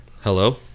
Hello